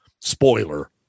spoiler